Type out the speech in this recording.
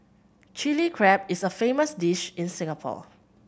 Chilli Crab is a famous dish in Singapore